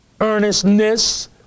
earnestness